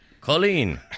Colleen